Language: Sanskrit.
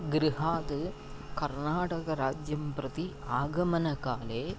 गृहाद् कर्नाटकराज्यं प्रति आगमनकाले